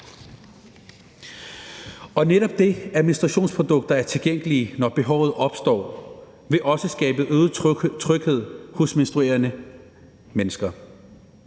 Netop det, at menstruationsprodukter er tilgængelige, når behovet opstår, vil også skabe øget tryghed hos menstruerende mennesker,